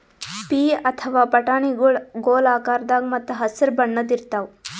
ಪೀ ಅಥವಾ ಬಟಾಣಿಗೊಳ್ ಗೋಲ್ ಆಕಾರದಾಗ ಮತ್ತ್ ಹಸರ್ ಬಣ್ಣದ್ ಇರ್ತಾವ